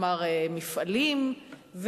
כלומר מפעלים,